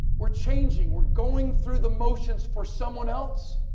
we're changing, we're going through the motions for someone else.